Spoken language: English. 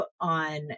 on